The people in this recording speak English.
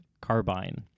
carbine